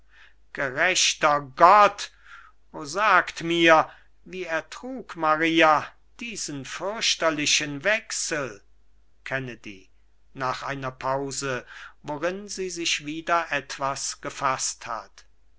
gerechter gott o sagt mir wie ertrug maria diesen fürchterlichen wechsel kennedy nach einer pause worin sie sich wieder etwas gefaßt hat